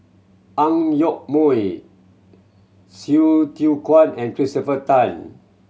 Ang Yoke Mooi Hsu Tse Kwang and Christopher Tan